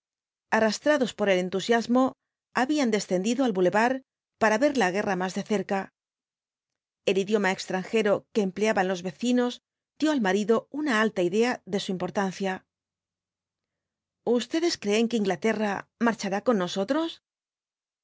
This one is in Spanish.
arrastrados por el entusiasmo habían descendido al bulevar para ver la guerra más de cerlos cuatro jinbtb dbl apocalipsis ca el idioma extranjero que empleaban los vecino dio al marido una alta idea de su importancia ustedes creen que inglaterra marchará con nosotros